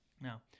Now